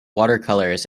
watercolours